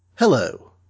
Hello